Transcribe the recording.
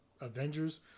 Avengers